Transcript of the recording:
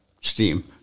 steam